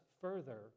further